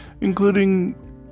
including